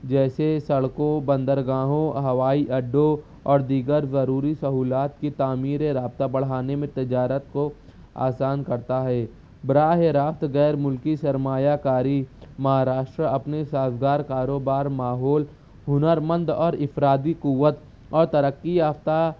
جیسے سڑکوں بندرگاہوں ہوائی اڈوں اور دیگر ضروری سہولات کی تعمیر رابطہ بڑھانے میں تجارت کو آسان کرتا ہے براہ راست غیرملکی سرمایہ کاری مہاراشٹرا اپنے سازگار کاروبار ماحول ہنرمند اور افرادی قوت اور ترقی یافتہ